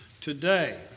today